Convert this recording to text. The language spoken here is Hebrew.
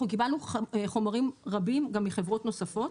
אנחנו קיבלנו חומרים רבים גם מחברות נוספות.